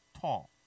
tall